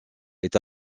est